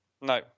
No